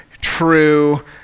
true